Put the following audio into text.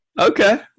Okay